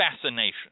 fascination